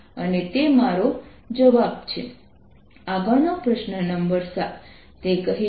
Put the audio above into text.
તેથી મારો આગળનો પ્રશ્ન નંબર 2 છે